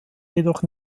jedoch